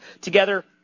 together